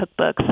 cookbooks